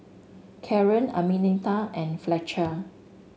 Karen Arminta and Fletcher